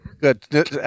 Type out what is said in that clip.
Good